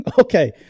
Okay